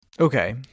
Okay